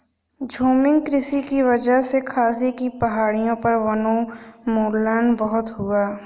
झूमिंग कृषि की वजह से खासी की पहाड़ियों पर वनोन्मूलन बहुत हुआ है